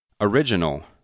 original